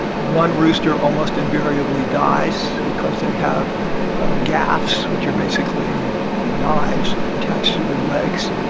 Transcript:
one rooster, almost invariably, dies because they have gaffs, which are basically knives attached to their legs.